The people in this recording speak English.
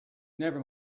never